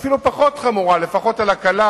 אפילו פחות חמורה, לפחות על הקלה,